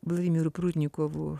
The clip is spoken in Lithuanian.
vladimiru prudnikovu